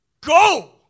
go